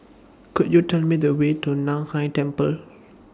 Could YOU Tell Me The Way to NAN Hai Temple